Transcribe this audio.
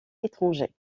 étrangers